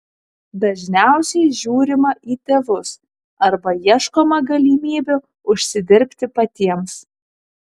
dažniausiai žiūrima į tėvus arba ieškoma galimybių užsidirbti patiems